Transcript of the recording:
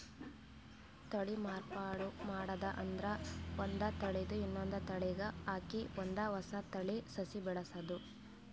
ತಳಿ ಮಾರ್ಪಾಡ್ ಮಾಡದ್ ಅಂದ್ರ ಒಂದ್ ತಳಿದ್ ಇನ್ನೊಂದ್ ತಳಿಗ್ ಹಾಕಿ ಒಂದ್ ಹೊಸ ತಳಿ ಸಸಿ ಬೆಳಸದು